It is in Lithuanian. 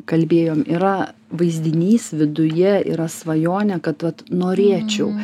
kalbėjom yra vaizdinys viduje yra svajonė kad vat norėčiau